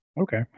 Okay